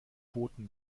booten